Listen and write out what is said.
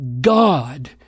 God